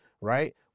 right